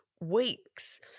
weeks